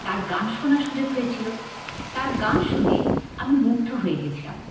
তার গান শোনার সুযোগ হয়েছিল তার গান শুনে আমি মুগ্ধ হয়ে গিয়েছিলাম